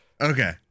Okay